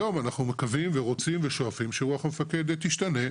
היום אנחנו מקווים ורוצים ושואפים שרוח המפקד תשתנה,